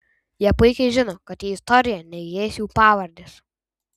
jie puikiai žino kad į istoriją neįeis jų pavardės